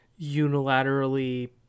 unilaterally